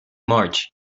march